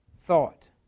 thought